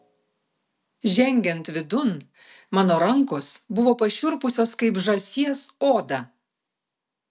žengiant vidun mano rankos buvo pašiurpusios kaip žąsies oda